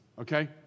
Okay